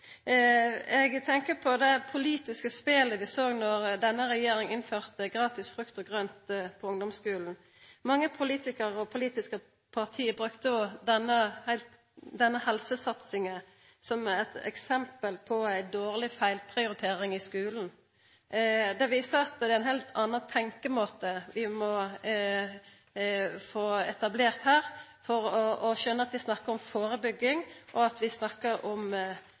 Eg tenkjer på det politiske spelet vi såg då denne regjeringa innførte gratis frukt og grønt på ungdomsskulen. Mange politikarar og politiske parti brukte denne helsesatsinga som eit eksempel på ei dårleg feilprioritering i skulen. Det viser at det er ein heilt annan tenkjemåte vi må få etablert her, for å skjøna at vi snakkar om førebygging, og at vi snakkar om